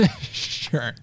Sure